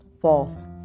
False